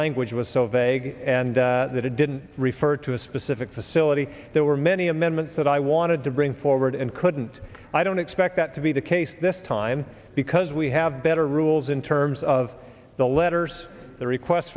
language was so vague and that it didn't refer to a specific facility there were many amendments that i wanted to bring forward and couldn't i don't expect that to be the case this time because we have better rules in terms of the letters the request